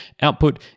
output